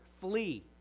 Flee